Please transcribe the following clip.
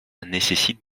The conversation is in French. nécessite